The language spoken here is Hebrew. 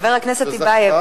חבר הכנסת טיבייב,